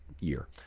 year